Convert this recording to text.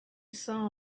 saw